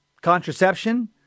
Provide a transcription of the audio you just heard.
contraception